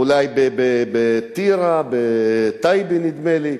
אולי בטירה, בטייבה, נדמה לי,